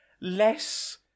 less